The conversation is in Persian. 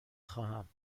خواهم